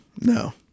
No